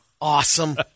Awesome